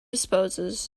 disposes